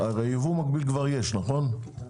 ייבוא מקביל כבר יש, נכון?